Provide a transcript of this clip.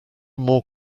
more